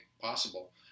possible